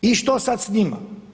I što sad s njima?